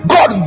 God